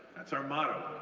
that's our motto,